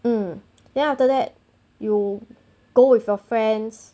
um then after that you go with your friends